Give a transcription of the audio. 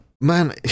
Man